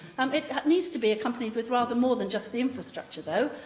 um it needs to be accompanied with rather more than just the infrastructure, though,